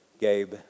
Gabe